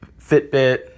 Fitbit